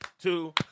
two